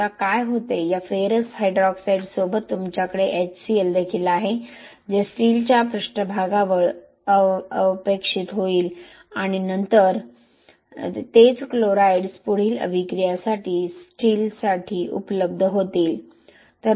आता काय होते या फेरस हायड्रॉक्साईड सोबत तुमच्याकडे एचसीएल देखील आहे जे स्टीलच्या पृष्ठभागाजवळ अवक्षेपित होईल आणि नंतर तेच क्लोराईड्स पुढील अभिक्रियासाठी स्टीलसाठी उपलब्ध होतील